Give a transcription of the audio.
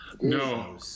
No